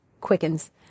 Quickens